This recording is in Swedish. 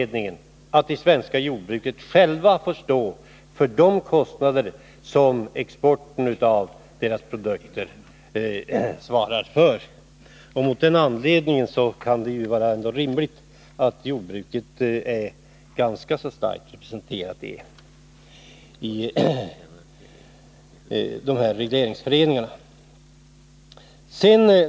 De svenska jordbrukarna måste själva stå för de kostnader som exporten av deras produkter svarar för, och av den anledningen kan det vara rimligt att jordbruket är ganska starkt representerat i regleringsföreningarna.